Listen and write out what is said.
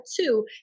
two